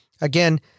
Again